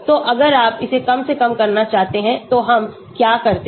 तो अगर आप इसे कम से कम करना चाहते हैं तो हम क्या करते हैं